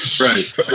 right